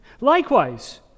Likewise